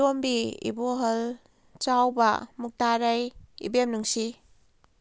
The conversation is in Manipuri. ꯇꯣꯝꯕꯤ ꯏꯕꯣꯍꯜ ꯆꯥꯎꯕ ꯃꯨꯛꯇꯥꯔꯩ ꯏꯕꯦꯝꯅꯨꯡꯁꯤ